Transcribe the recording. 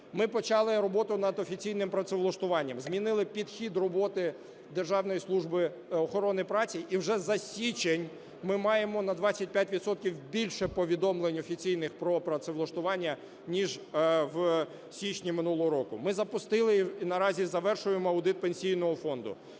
Ми почали роботу над офіційним працевлаштуванням. Змінили підхід роботи Державної служби охорони праці, і вже за січень ми маємо на 25 відсотків більше повідомлень офіційних про працевлаштування ніж в січні минулого року. Ми запустили і наразі завершуємо аудит Пенсійного фонду.